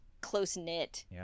close-knit